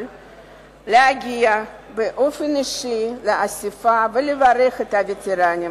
להגיע באופן אישי לאספה ולברך את הווטרנים.